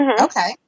Okay